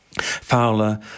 Fowler